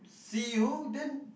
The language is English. see you then